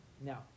Now